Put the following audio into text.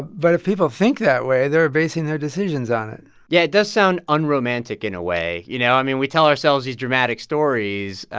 but if people think that way, they're basing their decisions on it yeah, it does sound unromantic in a way, you know? i mean, we tell ourselves these dramatic stories,